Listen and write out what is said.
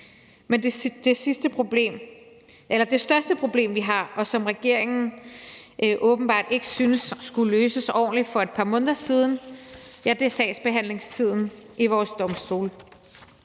Men det største problem, vi har, og som regeringen åbenbart ikke syntes skulle løses ordentligt for et par måneder siden, er sagsbehandlingstiden ved vores domstole.